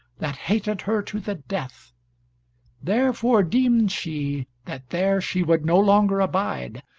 that hated her to the death therefore deemed she that there she would no longer abide,